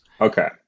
Okay